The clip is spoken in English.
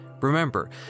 Remember